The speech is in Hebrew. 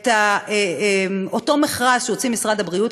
את אותו מכרז שהוציא משרד הבריאות,